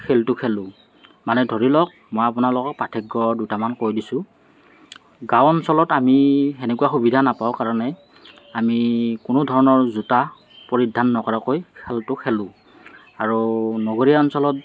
খেলটো খেলোঁ মানে ধৰি লওঁক মই আপোনাক পাৰ্থক্য দুটামান কৈ দিছোঁ গাঁও অঞ্চলত আমি সেনেকুৱা সুবিধা নাপাওঁ কাৰণে আমি কোনো ধৰণৰ জোতা পৰিধান নকৰাকৈ খেলটো খেলোঁ আৰু নগৰীয়া অঞ্চলত